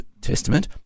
Testament